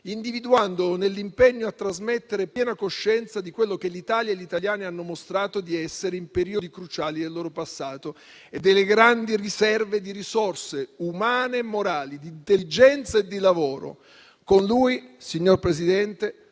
individuandolo nell'impegno a trasmettere piena coscienza di quello che l'Italia e gli italiani hanno mostrato di essere in periodi cruciali del loro passato e delle grandi riserve di risorse umane e morali, di intelligenza e di lavoro. Con lui, signor Presidente,